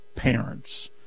parents